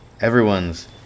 everyone's